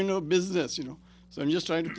going to a business you know so i'm just trying to